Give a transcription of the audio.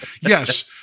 Yes